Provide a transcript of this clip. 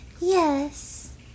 Yes